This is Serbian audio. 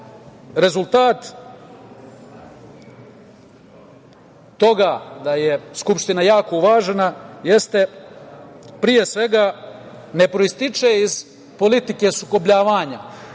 rezultat toga da je skupština jako uvažena jeste, pre svega, ne proističe iz politike sukobljavanje